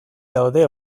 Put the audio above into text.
daude